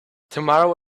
tomorrow